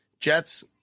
Jets